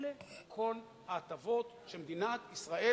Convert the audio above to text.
אלה כל ההטבות שמדינת ישראל